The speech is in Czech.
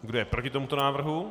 Kdo je proti tomuto návrhu?